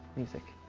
music,